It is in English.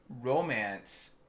romance